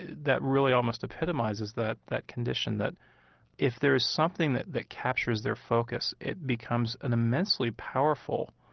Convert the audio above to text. that really almost epitomizes that, that condition that if there is something that that captures their focus, it becomes an immensely powerful